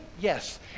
Yes